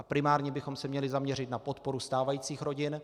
Primárně bychom se měli zaměřit na podporu stávajících rodin.